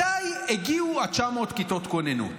מתי הגיעו 900 כיתות הכוננות,